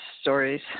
stories